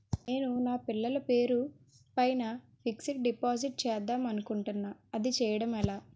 నేను నా పిల్లల పేరు పైన ఫిక్సడ్ డిపాజిట్ చేద్దాం అనుకుంటున్నా అది చేయడం ఎలా?